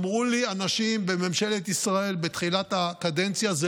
אמרו לי אנשים בממשלת ישראל בתחילת הקדנציה: זה